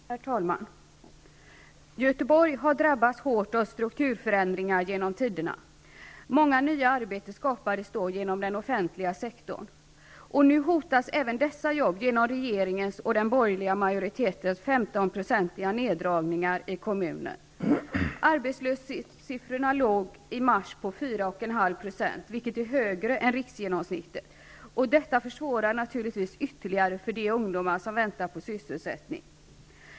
Herr talman! Göteborg har drabbats hårt av strukturförändringar genom tiderna. Många nya arbeten skapades genom den offentliga sektorn. Nu hotas även dessa jobb genom regeringens och den borgerliga majoritetens 15-procentiga neddragningar i kommunen. Arbetslösheten låg i mars på 4,5 %, vilket är högre än riksgenomsnittet. Detta försvårar naturligtvis ytterligare för de ungdomar som väntar på sysselsättning.